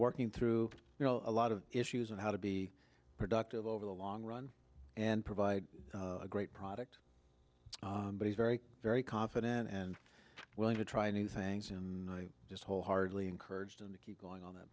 working through a lot of issues and how to be productive over the long run and provide a great product but he's very very confident and willing to try new things in just wholeheartedly encouraged him to keep going on that